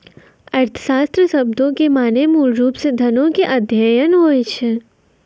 अर्थशास्त्र शब्दो के माने मूलरुपो से धनो के अध्ययन होय छै